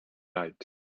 night